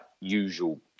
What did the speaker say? usual